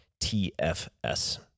TFS